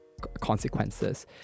consequences